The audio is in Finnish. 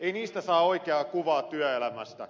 ei niistä saa oikeaa kuvaa työelämästä